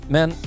Men